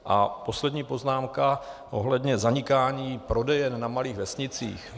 A poslední poznámka ohledně zanikání prodejen na malých vesnicích.